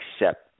accept